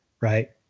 right